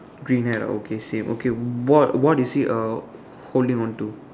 green hat okay same okay what what is he uh holding on to